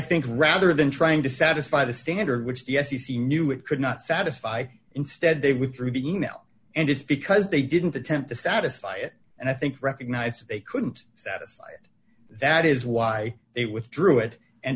think rather than trying to satisfy the standard which the f c c knew it could not satisfy instead they withdrew the e mail and it's because they didn't attempt to satisfy it and i think recognized that they couldn't satisfy it that is why they withdrew it and